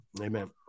Amen